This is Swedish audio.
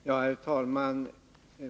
Herr talman!